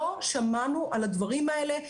לא שמענו על הדברים האלה.